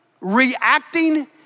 reacting